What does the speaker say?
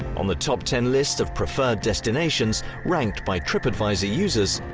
on the top ten list of preferred destinations ranked by tripadvisor users,